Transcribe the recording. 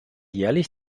jährlich